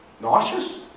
nauseous